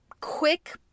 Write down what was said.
quick